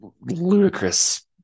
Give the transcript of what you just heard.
ludicrous